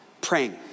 Praying